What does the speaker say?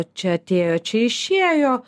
čia atėjo čia išėjo